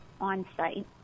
on-site